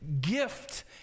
gift